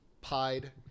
pied